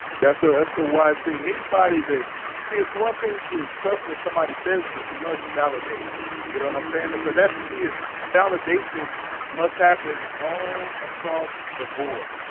yes, sir that's the wise thing anybody did see it's one thing to trust what somebody says, but you must validate you don't i'm saying it. so that's the key is validation must happen all across the board.